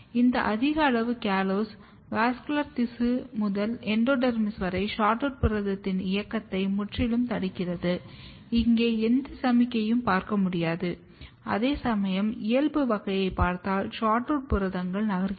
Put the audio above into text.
இந்த அதிக அளவு காலோஸ் வாஸ்குலர் திசு முதல் எண்டோடெர்மிஸ் வரை SHORTROOT புரதத்தின் இயக்கத்தை முற்றிலும் தடுக்கிறது இங்கே எந்த சமிக்ஞையையும் பார்க்க முடியாது அதேசமயம் இயல்பு வகையைப் பார்த்தால் SHORTROOT புரதங்கள் நகர்கின்றன